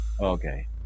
Okay